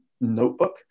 notebook